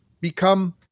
become